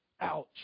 Ouch